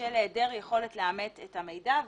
בשל היעדר יכולת לאמת את המידע.